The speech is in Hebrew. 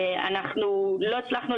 אנחנו לא הצלחנו,